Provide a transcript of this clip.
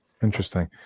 Interesting